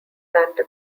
santa